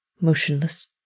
motionless